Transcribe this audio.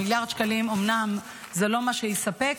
מיליארד שקלים אומנם זה לא מה שיספק,